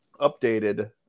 updated